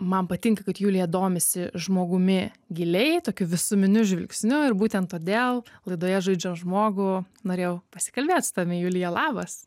man patinka kad julija domisi žmogumi giliai tokiu visuminiu žvilgsniu ir būten todėl laidoje žaidžia žmogų norėjau pasikalbėt su tavimi julija labas